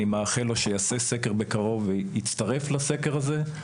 אני מאחל לו שיעשה סקר בקרוב ויצרף לסקר הזה.